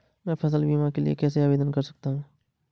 मैं फसल बीमा के लिए कैसे आवेदन कर सकता हूँ?